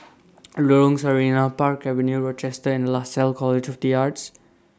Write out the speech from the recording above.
Lorong Sarina Park Avenue Rochester and Lasalle College of The Arts